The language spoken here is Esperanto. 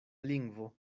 lingvo